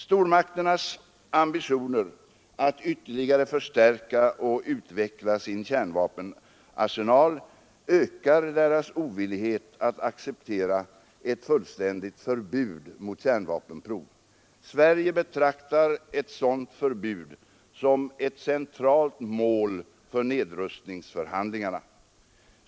Stormakternas ambitioner att ytterligare förstärka och utveckla sin kärnvapenarsenal ökar deras ovillighet att acceptera ett fullständigt förbud mot kärnvapenprov. Sverige betraktar ett sådant förbud som ett centralt mål för nedrustningsförhandlingarna.